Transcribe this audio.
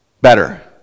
Better